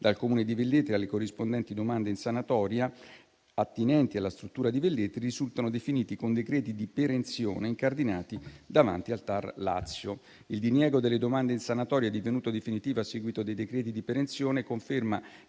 dal Comune di Velletri alle corrispondenti domande in sanatoria attinenti alla struttura di Velletri risultano definiti con decreti di perenzione incardinati davanti al TAR Lazio. Il diniego delle domande in sanatoria, divenuto definitivo a seguito dei decreti di perenzione, conferma